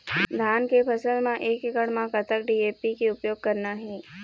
धान के फसल म एक एकड़ म कतक डी.ए.पी के उपयोग करना हे?